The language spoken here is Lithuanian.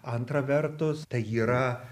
antra vertus tai yra